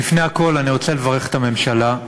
לפני הכול אני רוצה לברך את הממשלה,